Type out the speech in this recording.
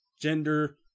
gender